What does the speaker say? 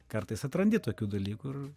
kartais atrandi tokių dalykų ir